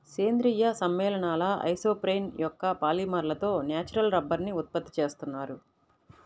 సేంద్రీయ సమ్మేళనాల ఐసోప్రేన్ యొక్క పాలిమర్లతో న్యాచురల్ రబ్బరుని ఉత్పత్తి చేస్తున్నారు